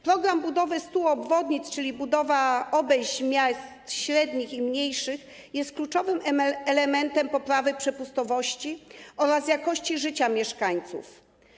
Program budowy 100 obwodnic, czyli budowa obejść miast średnich i mniejszych, jest kluczowym elementem poprawy przepustowości oraz jakości życia mieszkańców.